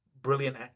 brilliant